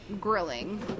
grilling